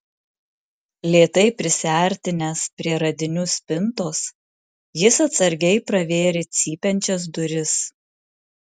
lėtai prisiartinęs prie radinių spintos jis atsargiai pravėrė cypiančias duris